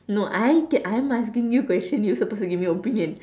no I I'm asking you question you're supposed to give me opinion